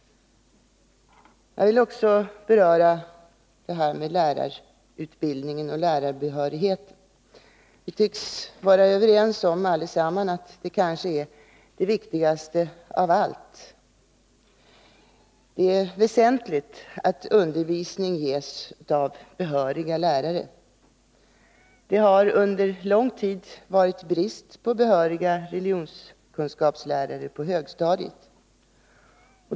Jag vill också beröra frågan om lärarutbildningen och lärarbehörigheten. Vi tycks allesammans vara överens om att detta kanske är det viktigaste av allt. Det är väsentligt att undervisningen ges av behöriga lärare. Det har under lång tid varit brist på behöriga religionskunskapslärare på högstadiet.